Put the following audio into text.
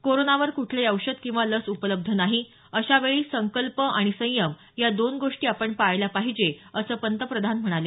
कोरोनावर कुठलंही औषध किंवा लस उपलब्ध नाही अशावेळी संकल्प आणि संयम या दोन गोष्टी आपण पाळल्या पाहिजे असं पंतप्रधान म्हणाले